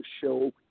show